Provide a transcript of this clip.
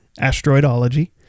Asteroidology